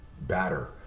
batter